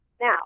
now